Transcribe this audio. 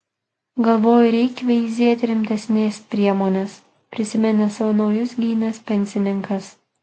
galvoju reik veizėt rimtesnės priemonės prisiminė savo namus gynęs pensininkas